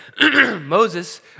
Moses